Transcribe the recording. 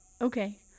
Okay